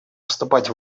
вступать